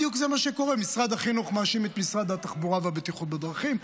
בדיוק זה מה שקורה: משרד החינוך מאשים את משרד התחבורה והבטיחות בדרכים,